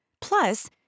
Plus